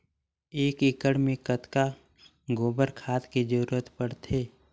एक एकड़ मे कतका गोबर खाद के जरूरत पड़थे?